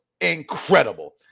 incredible